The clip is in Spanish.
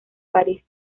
parís